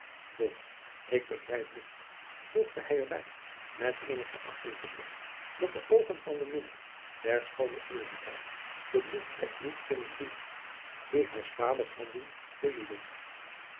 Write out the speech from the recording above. doch ik begrijp licht voegde hij er bij met eenen verachtelijken blik dat de oogen van den minnaar der schoone ulrica den bloedvlek niet kunnen zien die haars vaders handen bezoedelt